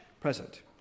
present